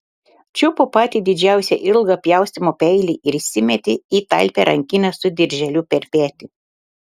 čiupo patį didžiausią ilgą pjaustymo peilį ir įsimetė į talpią rankinę su dirželiu per petį